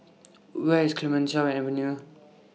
Where IS Clemenceau Avenue